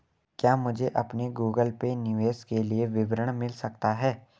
क्या मुझे अपने गूगल पे निवेश के लिए विवरण मिल सकता है?